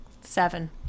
Seven